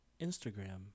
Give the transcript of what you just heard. Instagram